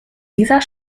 dieser